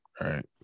right